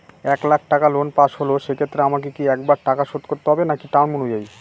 এক লাখ টাকা লোন পাশ হল সেক্ষেত্রে আমাকে কি একবারে টাকা শোধ করতে হবে নাকি টার্ম অনুযায়ী?